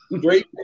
great